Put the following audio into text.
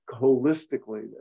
holistically